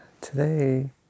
today